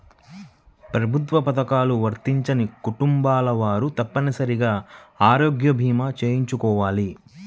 ప్రభుత్వ పథకాలు వర్తించని కుటుంబాల వారు తప్పనిసరిగా ఆరోగ్య భీమా చేయించుకోవాలి